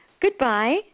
Goodbye